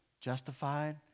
justified